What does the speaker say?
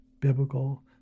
biblical